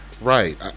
right